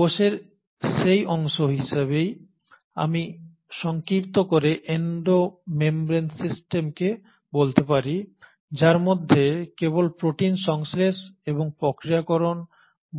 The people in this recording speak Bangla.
কোষের সেই অংশ হিসাবে আমি সংক্ষিপ্ত করে এন্ডো মেমব্রেন সিস্টেমকে বলতে পারি যার মধ্যে কেবল প্রোটিন সংশ্লেষ এবং প্রক্রিয়াকরণ